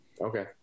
Okay